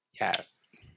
Yes